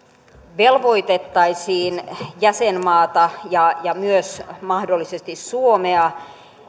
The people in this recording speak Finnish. velvoitettaisiin jäsenmaata ja ja myös mahdollisesti suomea